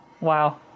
Wow